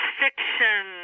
fiction